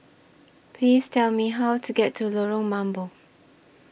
Please Tell Me How to get to Lorong Mambong